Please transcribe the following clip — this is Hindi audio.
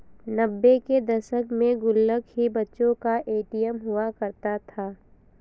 नब्बे के दशक में गुल्लक ही बच्चों का ए.टी.एम हुआ करता था